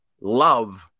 love